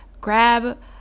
grab